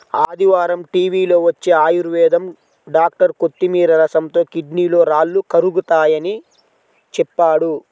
ఆదివారం టీవీలో వచ్చే ఆయుర్వేదం డాక్టర్ కొత్తిమీర రసంతో కిడ్నీలో రాళ్లు కరుగతాయని చెప్పాడు